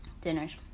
dinners